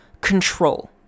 control